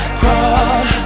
crawl